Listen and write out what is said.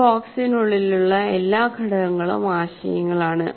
ഒരു ബോക്സിനുള്ളിലുള്ള എല്ലാ ഘടകങ്ങളും ആശയങ്ങളാണ്